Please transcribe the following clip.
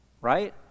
Right